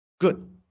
good